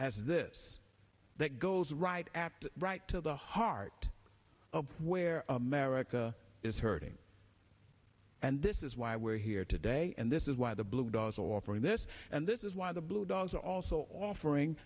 as this that goes right at right to the heart of where america is hurting and this is why we're here today and this is why the blue dogs all offering this and this is why the blue dogs are also offering